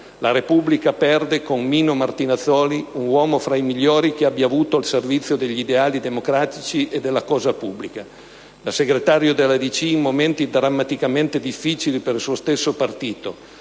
«La Repubblica perde con Mino Martinazzoli un uomo fra i migliori che abbia avuto al servizio degli ideali democratici e della cosa pubblica (...). Da segretario della DC, in momenti drammaticamente difficili per il suo stesso partito